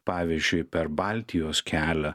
pavyzdžiui per baltijos kelią